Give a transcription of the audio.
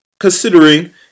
considering